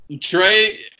Trey